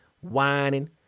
whining